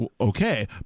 Okay